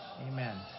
Amen